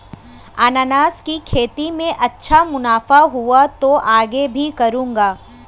अनन्नास की खेती में अच्छा मुनाफा हुआ तो आगे भी करूंगा